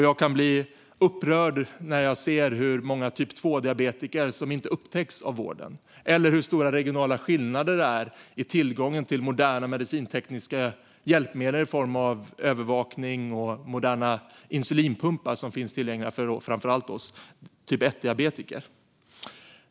Jag kan bli upprörd när jag ser hur många typ 2-diabetiker som inte upptäcks av vården eller hur stora regionala skillnader det är i tillgången till moderna medicintekniska hjälpmedel i form av övervakning och moderna insulinpumpar för framför allt oss typ 1-diabetiker.